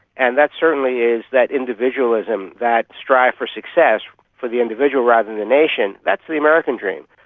and that certainly is that individualism, that strive for success for the individual rather than the nation, that's the american dream.